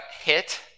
hit